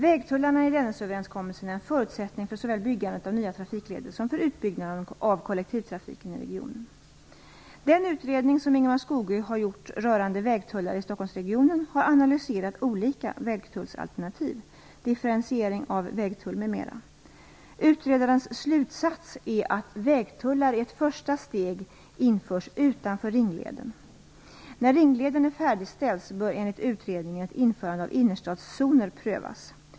Vägtullarna i Dennisöverenskommelsen är en förutsättning för såväl byggandet av nya trafikleder som för utbyggnaden av kollektivtrafiken i regionen. Den utredning som Ingemar Skogö har gjort rörande vägtullar i Stockholmsregionen har analyserat olika vägtullsalternativ, differentiering av vägtull m.m. Utredarens slutsats är att vägtullar i ett första steg införs utanför Ringleden. När Ringleden är färdigställd bör enligt utredningen ett införande av innerstadszoner prövas.